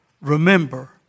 remember